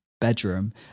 bedroom